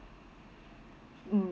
mm